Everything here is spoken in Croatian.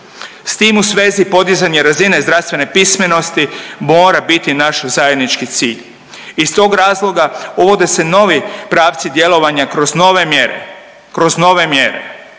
S tim u svezi podizanje razine zdravstvene pismenosti mora biti naš zajednički cilj. Iz tog razloga uvode se novi pravci djelovanja kroz nove mjere.